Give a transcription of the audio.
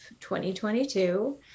2022